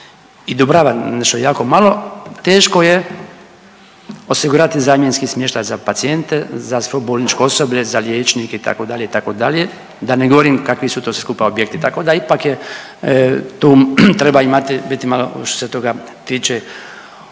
i Dubrava, nešto jako malo, teško je osigurati zamjenski smještaj za pacijente, za svo bolničko osoblje, za liječnike, itd., itd., da ne govorim kakvi su to skupa objekti, tako da ipak je tu, treba imati, biti malo što se toga tiče,